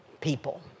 people